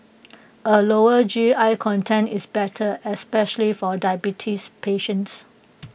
A lower G I content is better especially for diabetes patients